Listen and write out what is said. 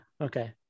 okay